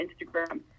Instagram